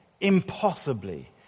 impossibly